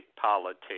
politics